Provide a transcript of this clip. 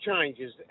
changes